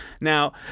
now